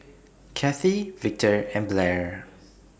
Kathie Victor and Blair